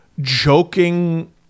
joking